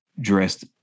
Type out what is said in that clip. dressed